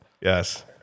Yes